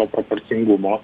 to proporcingumo